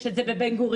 יש את זה בבן גוריון.